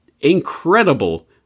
Incredible